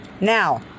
now